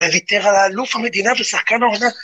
וויתר על אלוף המדינה ועל שחקן העונה